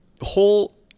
whole